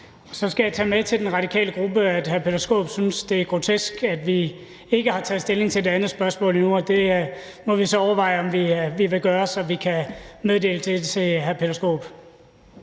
så skal jeg tage med til den radikale gruppe, at hr. Peter Skaarup synes, det er grotesk, at vi ikke har taget stilling til det andet spørgsmål endnu. Det må vi så overveje om vi vil gøre, så vi kan meddele det til hr. Peter